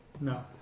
No